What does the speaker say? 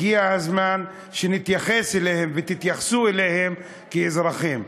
הגיע הזמן שנתייחס אליהם ותתייחסו אליהם כאזרחים.